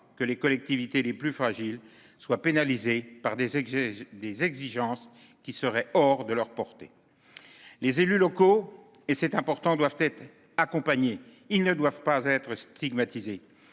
que les collectivités les plus fragiles soient pénalisés par des excès des exigences qui serait hors de leur portée. Les élus locaux et c'est important, doivent être accompagnés, ils ne doivent pas être.